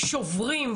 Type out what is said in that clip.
שוברים,